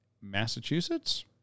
Massachusetts